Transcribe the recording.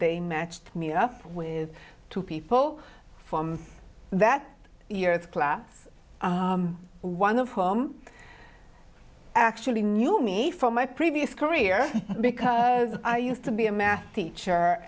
they matched me up with two people from that year it's class one of whom actually knew me from my previous career because i used to be a math teacher